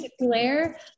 glare